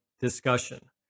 discussion